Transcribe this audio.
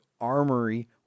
armory